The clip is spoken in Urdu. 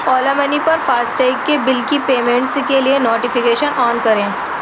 اولا منی پر فاسٹیگ کے بل کی پیمنٹس کے لیے نوٹیفیکیشن آن کریں